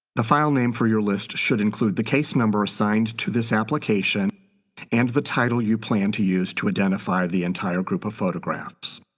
the file name for your list should include the case number assigned to this application and the name you plan to use to identify the entire group of photographs.